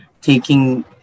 taking